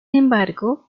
embargo